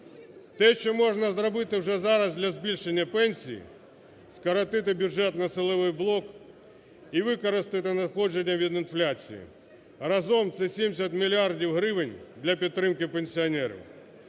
Те, що можна зробити вже зараз для збільшення пенсій – скоротити бюджетно-силовий блок і використати надходження від інфляції, разом це 70 мільярдів гривень для підтримки пенсіонерів.